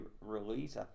release